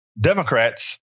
Democrats